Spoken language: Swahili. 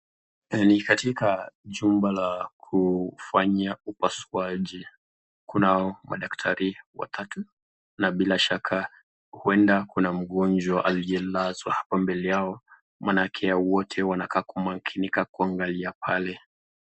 Ni katika chumba la kufanya upasuaji. Kunao madaktari watatu na bila shaka hueda kuna mgonjwa aliyelazwa hapa mbele yao manake wote wanakaa kumakinika kuangalia pale.